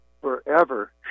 forever